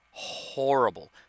horrible